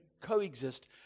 coexist